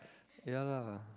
ya lah